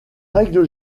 règle